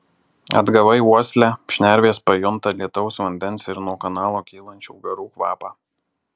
atgavai uoslę šnervės pajunta lietaus vandens ir nuo kanalo kylančių garų kvapą